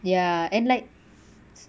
ya and like